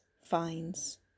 finds